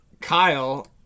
Kyle